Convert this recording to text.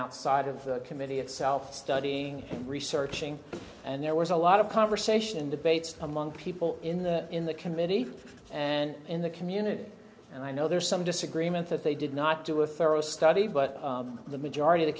outside of the committee itself studying and researching and there was a lot of conversation debates among people in the in the committee and in the community and i know there's some disagreement that they did not do a thorough study but the majority